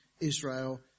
Israel